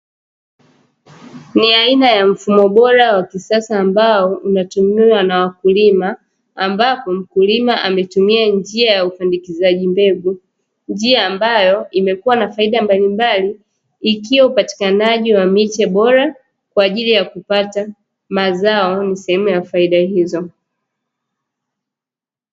Ni aina ya mfumo bora wa kisasa ambao unatumiwa na wakulima ambapo mkulima ametumia njia ya upandikizaji mbegu. njia ambayo imekuwa na faida mbalimbali ikiwa upatikanaji wa miche bora kwa ajili ya kupata mazao ni sehemu ya faida hizo.